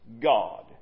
God